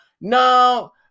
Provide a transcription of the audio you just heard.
No